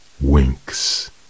winks